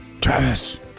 Travis